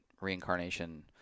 reincarnation